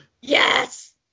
Yes